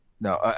No